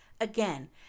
Again